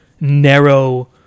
narrow